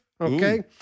Okay